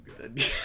good